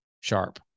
sharp